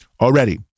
Already